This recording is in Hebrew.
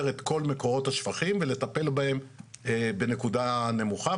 את כל מקורות השפכים ולטפל בהם בנקודה נמוכה,